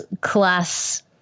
class